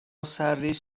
سرریز